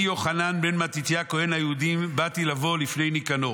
אני יוחנן בן מתתיה כהן היהודים באתי לבוא לפני ניקנור.